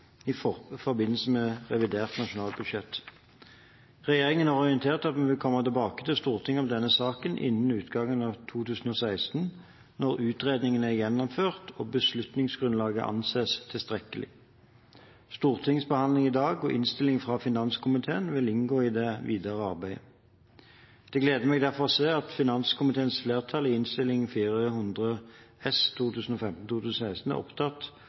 helsearkiv, i forbindelse med revidert nasjonalbudsjett. Regjeringen har orientert om at vi vil komme tilbake til Stortinget om denne saken innen utgangen av 2016 når utredningene er gjennomført og beslutningsgrunnlaget anses tilstrekkelig. Stortingets behandling i dag og innstillingen fra finanskomiteen vil inngå i det videre arbeidet. Det gleder meg derfor å se at finanskomiteens flertall i Innst. 400 S for 2015–2016 er opptatt